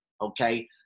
okay